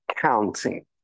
counting